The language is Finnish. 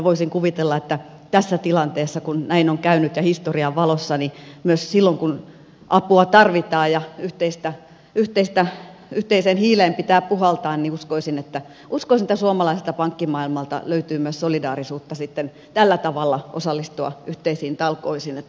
voisin kuvitella että tässä tilanteessa kun näin on käynyt ja historian valossa niin myös silloin kun apua tarvitaan ja yhteiseen hiileen pitää puhaltaa uskoisin että suomalaiselta pankkimaailmalta löytyy myös solidaarisuutta tällä tavalla osallistua yhteisiin talkoisiin